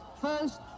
First